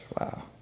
Wow